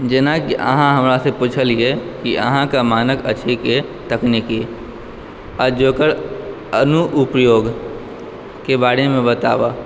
जेनाकि अहाँ हमरासँ पुछलिअइ कि अहाँके मानक अथीके तकनीकी आ जे ओकर अनुपयोगके बारेमे बताबऽ